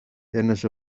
ένας